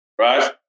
right